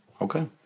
Okay